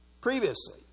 previously